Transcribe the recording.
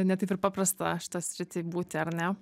ne taip ir paprasta šitoj srity būti ar ne